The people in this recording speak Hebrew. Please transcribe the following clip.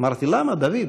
אמרתי: למה, דוד?